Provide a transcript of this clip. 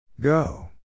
Go